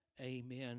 Amen